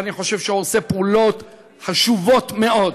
אני חושב שהוא עושה פעולות חשובות מאוד,